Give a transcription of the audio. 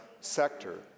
sector